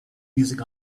music